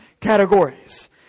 categories